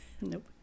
nope